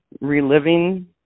reliving